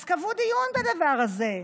אז קבעו דיון בדבר הזה.